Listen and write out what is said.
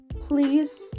Please